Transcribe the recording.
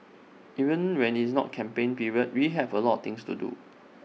even when IT is not campaign period we have A lot things to do